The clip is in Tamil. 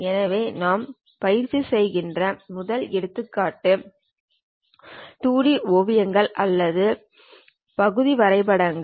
எனவே நாம் பயிற்சி செய்கிற முதல் எடுத்துக்காட்டு 2D ஓவியங்கள் அல்லது பகுதி வரைபடம்